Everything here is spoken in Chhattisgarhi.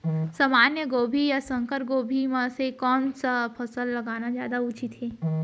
सामान्य गोभी या संकर गोभी म से कोन स फसल लगाना जादा उचित हे?